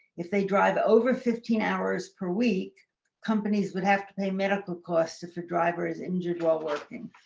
if they drive over fifteen hours per week companies would have to pay medical costs if a driver is injured while working.